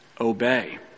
obey